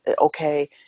okay